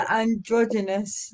androgynous